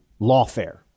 lawfare